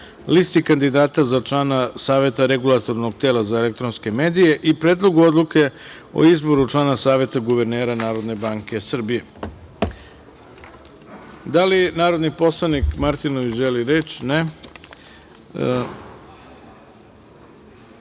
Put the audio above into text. Listi kandidata za člana Saveta Regulatornog tela za elektronske medije i Predlogu odluke o izboru člana Saveta guvernera Narodne banke Srbije. Da li narodni poslanik Martinović želi reč?